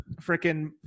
freaking